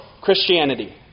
Christianity